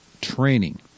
training